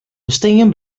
bestean